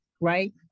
right